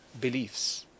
beliefs